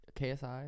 KSI